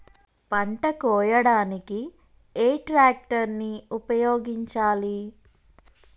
పంట కోయడానికి ఏ ట్రాక్టర్ ని ఉపయోగించాలి?